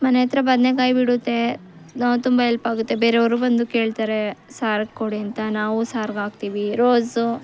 ಮನೆ ಹತ್ರ ಬದ್ನೇಕಾಯಿ ಬಿಡುತ್ತೆ ತುಂಬ ಎಲ್ಪಾಗುತ್ತೆ ಬೇರೆಯವರು ಬಂದು ಕೇಳ್ತಾರೆ ಸಾರಿಗೆ ಕೊಡಿ ಅಂತ ನಾವು ಸಾರಿಗಾಕ್ತೀವಿ ರೋಸು